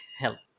help